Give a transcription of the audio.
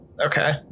Okay